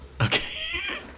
Okay